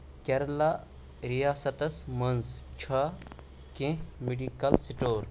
کیٚرالہ ریاستس مَنٛز چھا کینٛہہ میڈیکل سٹور ؟